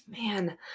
Man